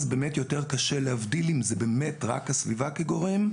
אז יותר קשה להבדיל אם זה באמת רק הסביבה כגורם,